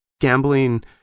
gambling